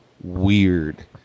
weird